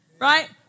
Right